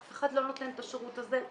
אף אחד לא נותן את השירות הזה.